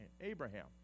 Abraham